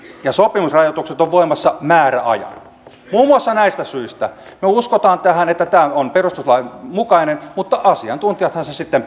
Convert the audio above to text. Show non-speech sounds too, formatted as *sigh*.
ja sopimusrajoitukset ovat voimassa määräajan muun muassa näistä syistä me uskomme tähän että tämä on perustuslain mukainen mutta asiantuntijathan sen sitten *unintelligible*